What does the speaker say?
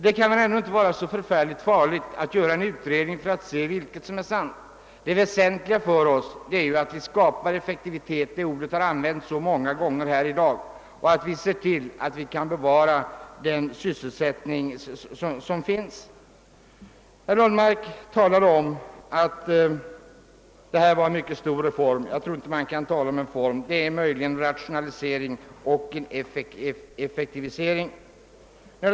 Det kan inte vara farligt att låta en utredning undersöka vad som är sant i detta fall. Det väsentliga är ju att skapa effektivitet — ett ord som har använts många gånger i dag — och att bevara den sysselsättning som finns. Herr Lundmark ansåg att detta skulle vara en mycket stor reform. Jag tycker inte att man kan tala om en reform i detta sammanhang. Det är möjligen fråga om en rationalisering och effektivisering på området.